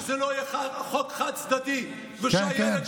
אמרתי לך שזה לא יהיה חוק חד-צדדי, כן, כן.